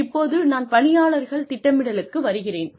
இப்போது நான் பணியாளர்கள் திட்டமிடலுக்கு வருகிறேன்